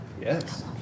Yes